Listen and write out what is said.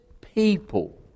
people